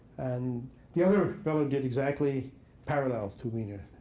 and the other fellow did exactly parallel to wiener.